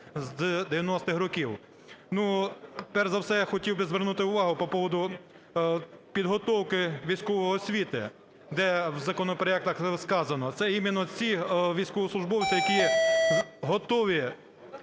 з 90-х років. Перш за все, я хотів би звернути увагу по поводу підготовки військової освіти, де в законопроектах сказано, це іменно ті військовослужбовці, які готові